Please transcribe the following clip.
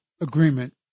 agreement